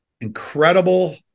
incredible